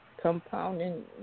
compounding